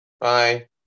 Bye